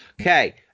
Okay